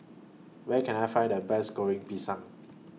Where Can I Find The Best Goreng Pisang